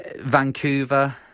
Vancouver